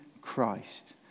Christ